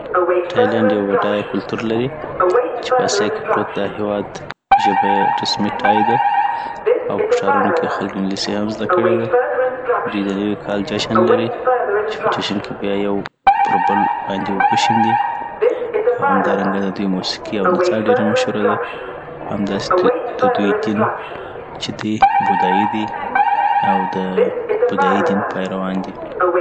ټایلند یو بډایه کلتور لري چي په اسیا کي پروت دا هیواد ژبه یی رسمي ټاي ده او په ښارونه کی خلکو انګلیسی هم زده کړي ده دوی د نوي کال جشن لري چی په جشن کي بیا یو پر بل باندي اوبه شندي او همدارنګه ددوی موسیقي او نڅآ ډیره مشهوره ده .او همداسی دوی دین یی چی دی بودایی دي او د بودایی دین پیروان دی